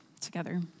together